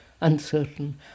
uncertain